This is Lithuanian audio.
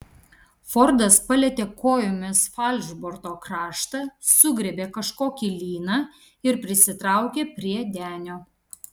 fordas palietė kojomis falšborto kraštą sugriebė kažkokį lyną ir prisitraukė prie denio